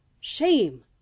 Shame